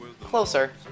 Closer